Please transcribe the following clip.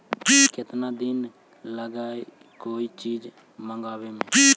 केतना दिन लगहइ कोई चीज मँगवावे में?